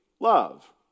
Love